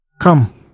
Come